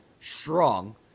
strong